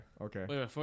okay